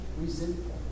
resentful